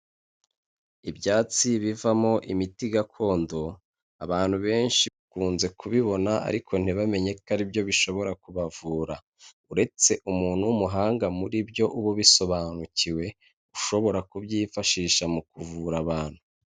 Ibyatsi bivamo imiti gakondo, abantu benshi bakunze kubibona ariko ntibamenye ko aribyo bishobora kubavura, uretse umuntu w'umuhanga muri byo uba ubisobanukiwe ushobora kubyifashisha mu kuvura abantu.